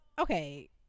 okay